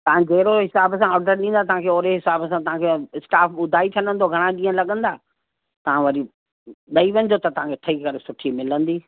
तव्हां जहिड़े हिसाब सां ऑडर ॾींदा तव्हांखे ओहिड़े हिसाब सां तव्हांखे स्टाफ़ ॿुधाए छॾंदो घणा ॾींहं लॻंदा तव्हां वरी ॾई वञिजो त तव्हांखे ठई करे सुठी मिलंदी